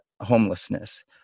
homelessness